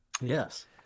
Yes